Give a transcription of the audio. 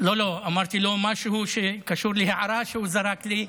לא, לא, אמרתי לו משהו שקשור להערה שהוא זרק לי.